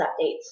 updates